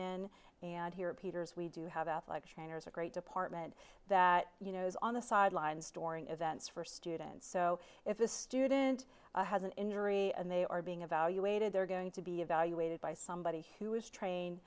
in and here peters we do have athletic trainers a great department that you know is on the sidelines storing events for students so if a student has an injury and they are being evaluated they're going to be evaluated by somebody who is trained